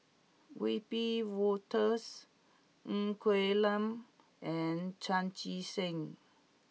Wiebe Wolters Ng Quee Lam and Chan Chee Seng